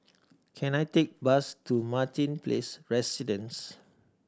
can I take bus to Martin Place Residence